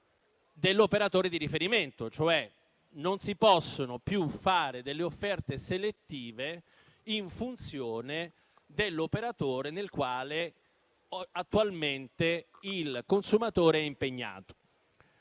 dell'operatore di riferimento. Non si possono cioè più fare delle offerte selettive in funzione dell'operatore con il quale attualmente il consumatore è impegnato.